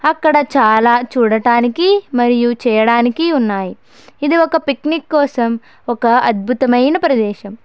అక్కడ చాలా చూడటానికి మరియు చేయడానికి ఉన్నాయి ఇది ఒక పిక్నిక్ కోసం ఒక అద్భుతమైన ప్రదేశం